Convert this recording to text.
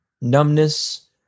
numbness